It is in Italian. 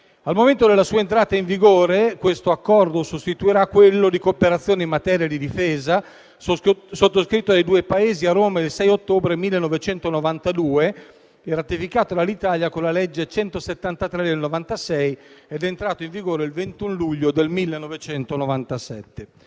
Al momento della sua entrata in vigore, questo Accordo sostituirà quello di cooperazione in materia di difesa, sottoscritto dai due Paesi a Roma il 6 ottobre 1992 e ratificato dall'Italia con la legge n. 173 del 1996, entrato poi in vigore il 21 luglio 1997.